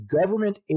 government